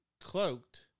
cloaked